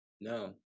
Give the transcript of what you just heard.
No